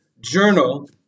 journal